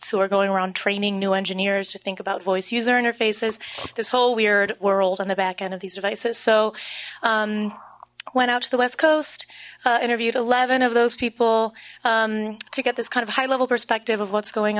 are going around training new engineers to think about voice user interfaces this whole weird world on the back end of these devices so i went out to the west coast interviewed eleven of those people to get this kind of high level perspective of what's going